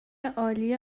عالی